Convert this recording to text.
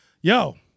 Yo